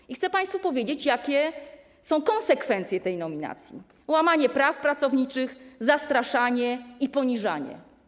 I chcę państwu powiedzieć, jakie są konsekwencje tej nominacji: łamanie praw pracowniczych, zastraszanie i poniżanie.